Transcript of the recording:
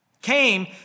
came